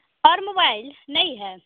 और मोबाइल नहीं है